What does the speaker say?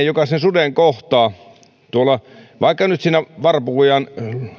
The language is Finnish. joka sen suden kohtaa vaikka nyt siinä varpukujan